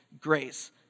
grace